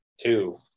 Two